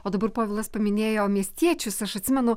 o dabar povilas paminėjo miestiečius aš atsimenu